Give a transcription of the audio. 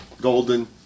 Golden